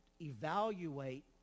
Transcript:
Evaluate